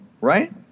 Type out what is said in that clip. right